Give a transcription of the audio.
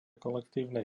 kolektívnej